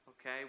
Okay